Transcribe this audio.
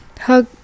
hug